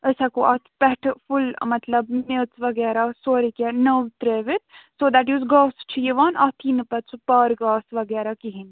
أسۍ ہیٚکو اَتھ پٮ۪ٹھ فُل مطلب میٚژ وَغیرہ سورُے کیٚنٛہہ نٔو ترٛٲیِتھ سو دیٹ یُس گاسہٕ چھُ یِوان اَتھ یی نہٕ پَتہٕ سُہ پَر گاسہٕ وغیرہ کِہیٖنۍ